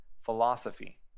philosophy